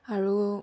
আৰু